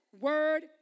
word